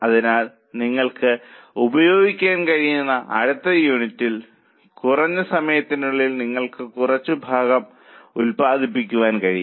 അതിനാൽ നിങ്ങൾക്ക് ഉപയോഗിക്കാൻ കഴിയുന്ന അടുത്ത യൂണിറ്റിൽ കുറഞ്ഞ സമയത്തിനുള്ളിൽ നിങ്ങൾക്ക് കുറച്ചു ഭാഗം ഉത്പാദിപ്പിക്കാൻ കഴിയും